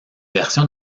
version